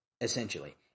essentially